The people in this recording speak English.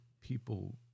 people